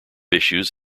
issues